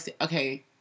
okay